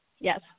Yes